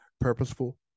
Purposeful